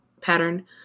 pattern